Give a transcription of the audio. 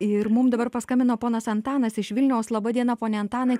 ir mums dabar paskambino ponas antanas iš vilniaus laba diena pone antanai